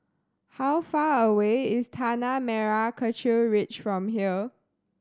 how far away is Tanah Merah Kechil Ridge from here